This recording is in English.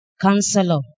Counselor